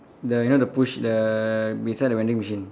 the you know the push the beside the vending machine